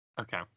okay